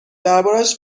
دربارهاش